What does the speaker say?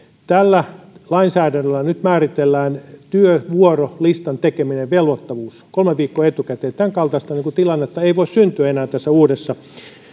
tällä lainsäädännöllä nyt määritellään työvuorolistan tekemisen velvoittavuus kolme viikkoa etukäteen tämänkaltaista tilannetta ei voi syntyä enää tässä uudessa